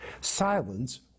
silence